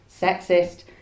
sexist